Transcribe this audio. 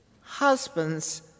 Husbands